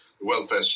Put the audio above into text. Welfare